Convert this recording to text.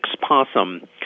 possum